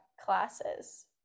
classes